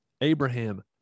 Abraham